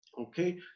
okay